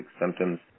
symptoms